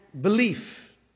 belief